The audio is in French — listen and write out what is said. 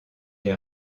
les